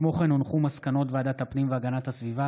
כמו כן הונחו מסקנות ועדת הפנים והגנת הסביבה